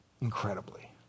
incredibly